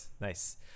nice